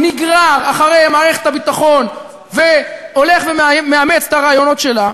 שר הביטחון שלנו נגרר אחרי מערכת הביטחון והולך ומאמץ את הרעיונות שלה.